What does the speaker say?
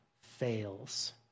fails